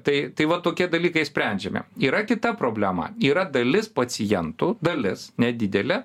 tai tai va tokie dalykai sprendžiami yra kita problema yra dalis pacientų dalis nedidelė